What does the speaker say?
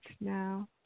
now